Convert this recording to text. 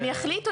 הם יחליטו,